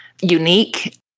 unique